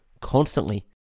constantly